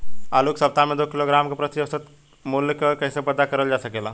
आलू के सप्ताह में दो किलोग्राम क प्रति औसत मूल्य क कैसे पता करल जा सकेला?